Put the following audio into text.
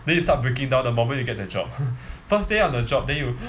then you start breaking down the moment you get the job first day on the job then you